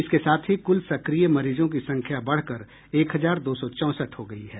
इसके साथ ही कुल सक्रिय मरीजों की संख्या बढ़ कर एक हजार दो सौ चौंसठ हो गयी है